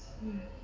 mm